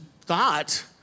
thought